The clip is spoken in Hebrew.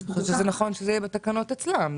נכון שזה יהיה בתקנות אצלם.